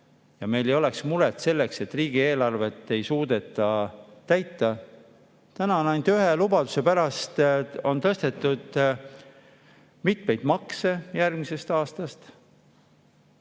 ja meil ei oleks muret sellega, et riigieelarvet ei suudeta täita. Nüüd on ainult ühe lubaduse pärast tõstetud mitmeid makse järgmisest aastast.